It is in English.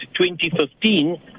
2015